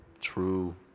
true